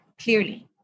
clearly